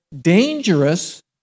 dangerous